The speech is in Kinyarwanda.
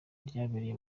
ryabereye